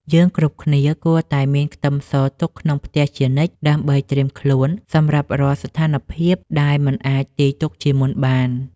យើងគ្រប់គ្នាគួរតែមានខ្ទឹមសទុកក្នុងផ្ទះជានិច្ចដើម្បីត្រៀមខ្លួនសម្រាប់រាល់ស្ថានភាពដែលមិនអាចទាយទុកជាមុនបាន។